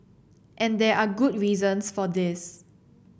and there are good reasons for this